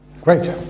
Great